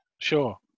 Sure